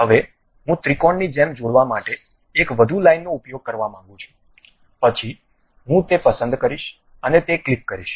હવે હું ત્રિકોણની જેમ જોડાવા માટે એક વધુ લાઇનનો ઉપયોગ કરવા માંગુ છું પછી હું તે પસંદ કરીશ અને તે ક્લિક કરીશ